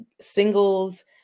singles